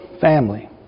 family